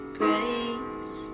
grace